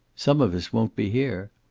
some of us won't be here.